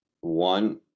One